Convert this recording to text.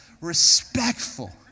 respectful